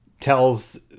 tells